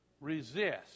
Resist